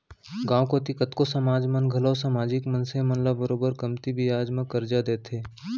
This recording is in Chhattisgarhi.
गॉंव कोती कतको समाज मन घलौ समाजिक मनसे मन ल बरोबर कमती बियाज म करजा देथे